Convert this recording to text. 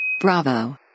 Bravo